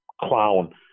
clown